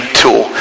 tool